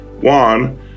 one